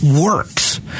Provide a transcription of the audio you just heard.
works